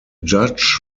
judge